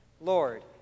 Lord